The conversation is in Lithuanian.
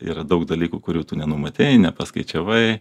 yra daug dalykų kurių tu nenumatei nepaskaičiavai